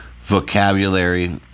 vocabulary